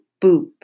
boop